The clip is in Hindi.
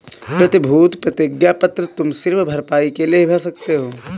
प्रतिभूति प्रतिज्ञा पत्र तुम सिर्फ भरपाई के लिए ही भर सकते हो